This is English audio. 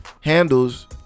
handles